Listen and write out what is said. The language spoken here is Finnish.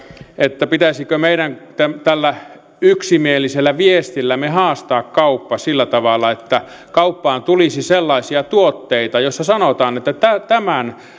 että pitäisikö meidän tällä yksimielisellä viestillämme haastaa kauppa sillä tavalla että kauppaan tulisi sellaisia tuotteita joissa sanotaan että tämän